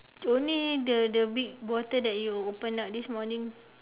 only the the big bottle that you open up this morning